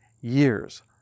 years